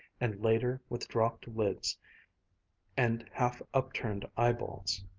and later with dropped lids and half-upturned eyeballs.